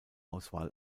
auswahl